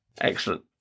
Excellent